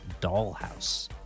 dollhouse